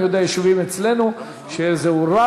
אני יודע שגם ביישובים אצלנו זה הורד,